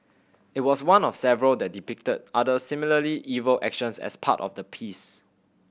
it was one of several that depicted other similarly evil actions as part of the piece